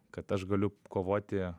kad aš galiu kovoti